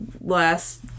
last